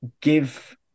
give